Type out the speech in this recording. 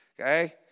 okay